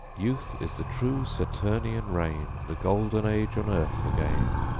youth is the true saturnian reign, the golden age on earth again,